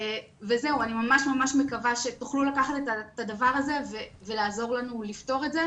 אני ממש מקווה שתוכלו לקחת את הדבר הזה ולעזור לנו לפתור את זה.